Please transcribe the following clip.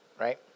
Right